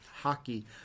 hockey